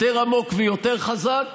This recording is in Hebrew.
יותר עמוק ויותר חזק,